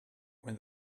when